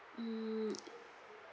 mm